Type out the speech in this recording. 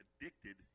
addicted